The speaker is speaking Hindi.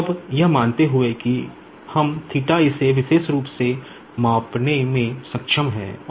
अब यह मानते हुए कि हम इसे विशेष रूप से मापने में सक्षम हैं और